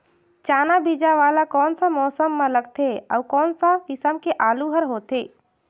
चाना बीजा वाला कोन सा मौसम म लगथे अउ कोन सा किसम के आलू हर होथे?